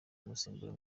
umusemburo